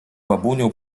babunią